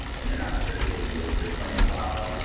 and they're not associated with your claims file,